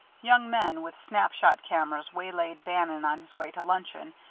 young men with snap-shot cameras way-laid bannon on his way to luncheon,